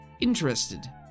interested